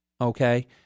Okay